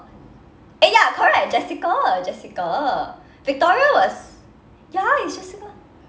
eh ya correct jessica jessica victoria was ya it's jessica